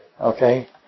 Okay